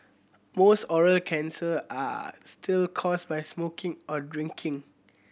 most oral cancer are still caused by smoking or drinking